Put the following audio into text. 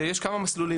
ויש כמה מסלולים.